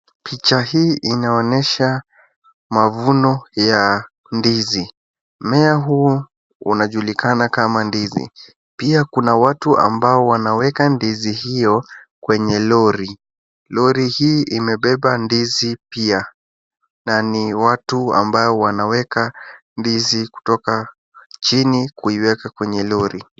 Picha hii inaonyesha mavuno ya ndizi. Mmea huu unajulikana kama ndizi, pia kuna watu ambao wanaweka ndizi hiyo kwenye lori. Lori hii imebeba ndizi pia na ni watu ambao wanaweka ndizi kutoka chini kuiweka kwenye lori.